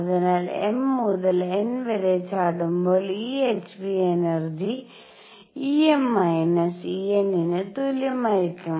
അതിനാൽ m മുതൽ n വരെ ചാടുമ്പോൾ ഈ h ν എനർജി Em−En ന് തുല്യമായിരിക്കും